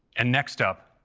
and next up,